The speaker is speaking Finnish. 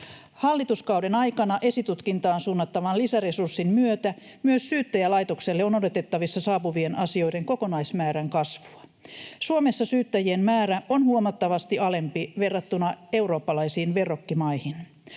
Hallituskauden aikana esitutkintaan suunnattavan lisäresurssin myötä myös Syyttäjälaitokselle on odotettavissa saapuvien asioiden kokonaismäärän kasvua. Suomessa syyttäjien määrä on huomattavasti alempi verrattuna eurooppalaisiin verrokkimaihin.